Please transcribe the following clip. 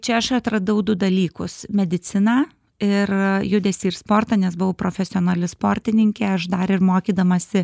čia aš atradau du dalykus mediciną ir judesį ir sportą nes buvau profesionali sportininkė aš dar ir mokydamasi